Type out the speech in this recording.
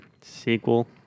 Sequel